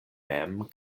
mem